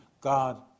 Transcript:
God